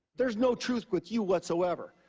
there's no truth with you whatsoever.